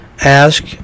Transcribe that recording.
Ask